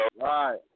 right